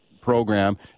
program